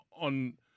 on